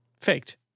Faked